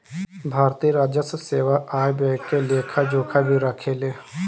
भारतीय राजस्व सेवा आय व्यय के लेखा जोखा भी राखेले